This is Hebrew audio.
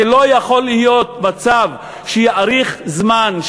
זה לא יכול להיות מצב שיאריך זמן,